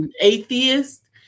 atheist